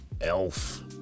Elf